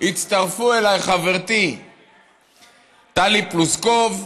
הצטרפו אליי חברתי טלי פלוסקוב,